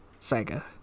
Sega